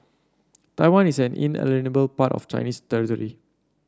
Taiwan is an inalienable part of Chinese territory